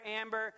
Amber